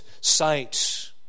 sight